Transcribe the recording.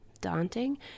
daunting